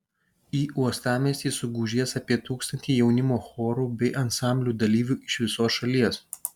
į uostamiestį sugužės apie tūkstantį jaunimo chorų bei ansamblių dalyvių iš visos šalies